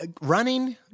running